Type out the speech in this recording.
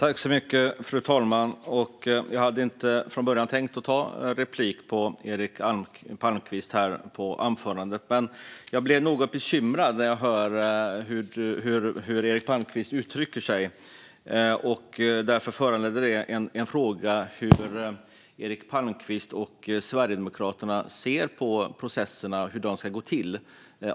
Fru talman! Jag hade från början inte tänkt begära replik på Eric Palmqvists anförande, men jag blev något bekymrad när jag hörde hur Eric Palmqvist uttryckte sig. Det föranledde en fråga om hur Eric Palmqvist och Sverigedemokraterna ser på processerna och hur de ska gå till.